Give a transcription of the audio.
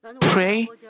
pray